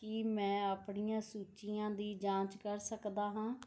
ਕੀ ਮੈਂ ਆਪਣੀਆਂ ਸੂਚੀਆਂ ਦੀ ਜਾਂਚ ਕਰ ਸਕਦਾ ਹਾਂ